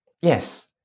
Yes